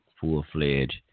full-fledged